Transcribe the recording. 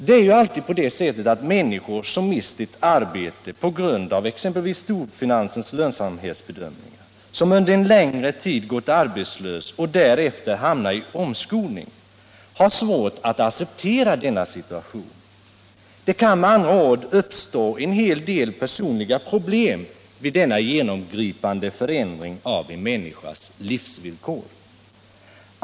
Det är ju alltid på det sättet att människor, som mist ett arbete på grund av exempelvis storfinansens lönsamhetsberäkningar, som under en längre tid gått arbetslösa och som därefter hamnar i omskolning, har svårt att acceptera denna situation. Det kan med andra ord uppstå en hel del personliga problem vid denna genomgripande förändring av en människas livsvillkor.